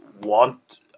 want